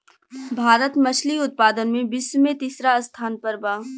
भारत मछली उतपादन में विश्व में तिसरा स्थान पर बा